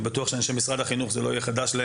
ואני בטוח שלאנשי החינוך זה לא יהיה חדש.